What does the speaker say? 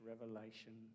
revelation